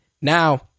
Now